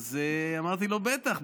אמרתי לו: בטח.